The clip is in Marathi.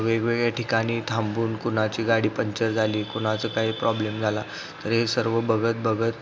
वेगवेगळ्या ठिकाणी थांबून कुणाची गाडी पंचर झाली कुणाचं काही प्रॉब्लेम झाला तर हे सर्व बघत बघत